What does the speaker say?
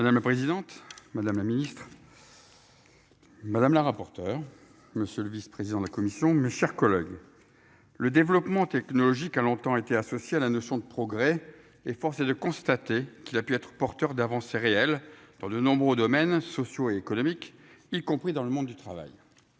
Madame la présidente, madame la ministre. Madame la rapporteur monsieur le vice-président de la commission. Mes chers collègues. Le développement technologique a longtemps été associée à la notion de progrès. Et force est de constater qu'il a pu être porteur d'avancées réelles dans de nombreux domaines socio-économiques y compris dans le monde du travail.